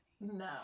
No